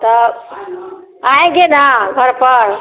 तो आएँगे न घर पर